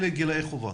אלה גילאי חובה.